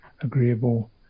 agreeable